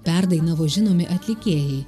perdainavo žinomi atlikėjai